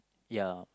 ya